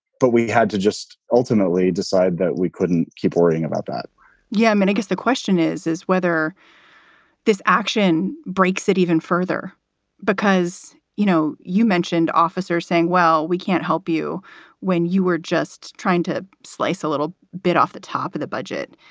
but we had to just ultimately decide that we couldn't keep worrying about that yeah, i mean, i guess the question is, is whether this action breaks it even further because, you know, you mentioned officers saying, well, we can't help you when you were just trying to slice a little bit off the top of the budget.